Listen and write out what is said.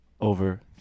over